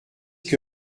que